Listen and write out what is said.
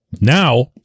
Now